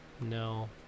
No